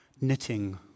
knitting